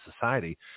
society